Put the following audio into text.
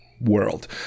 world